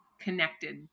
connected